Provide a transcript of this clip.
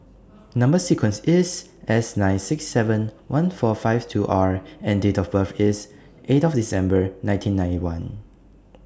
Number sequence IS S nine six seven one four five two R and Date of birth IS eight of December nineteen ninety one